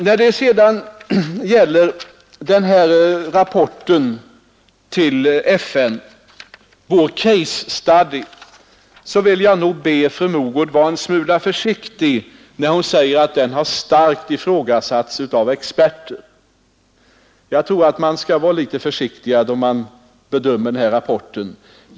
Vad sedan gäller rapporten till FN, vår case study, skulle jag vilja be fru Mogård att vara en smula försiktig. Hon sade att den rapporten har starkt ifrågasatts av experter. Jag tror man skall vara litet försiktig när man bedömer den saken.